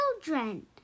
children